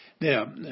Now